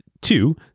Two